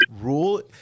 rule